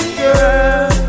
girl